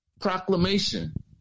Proclamation